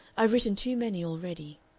i've written too many already.